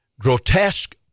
grotesque